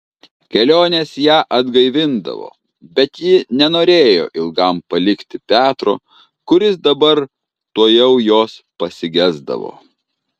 kelionės ją atgaivindavo bet ji nenorėjo ilgam palikti petro kuris dabar tuojau jos pasigesdavo